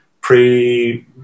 pre